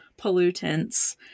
pollutants